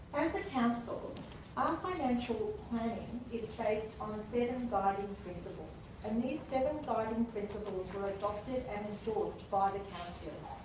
as a council, our ah financial planning is based on seven guiding principles. and these seven guiding principles were adopted and endorsed by the councillors.